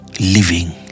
living